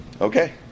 Okay